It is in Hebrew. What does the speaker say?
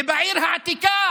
ובעיר העתיקה